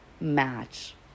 match